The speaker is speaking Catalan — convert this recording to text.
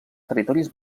territoris